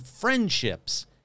friendships